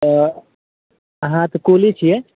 तऽ अहाँ तऽ कुली छिए